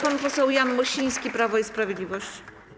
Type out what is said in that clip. Pan poseł Jan Mosiński, Prawo i Sprawiedliwość.